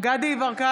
דסטה גדי יברקן,